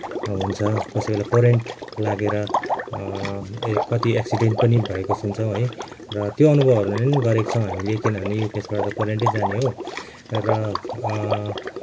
हुन्छ कसैलाई करेन्ट लागेर कति एक्सिडेन्ट पनि भएको सुन्छौँ है र त्यो अनुभवहरू पनि गरेको छौँ हामीले किनभने युपिएसबाट त करेन्ट नै जाने हो र